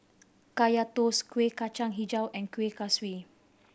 Kaya Toast Kueh Kacang Hijau and Kuih Kaswi